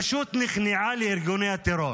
פשוט נכנעה לארגוני הטרור,